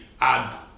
add